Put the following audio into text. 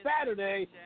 Saturday